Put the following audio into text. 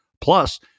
plus